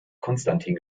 konstantin